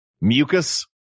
mucus